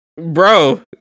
Bro